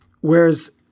whereas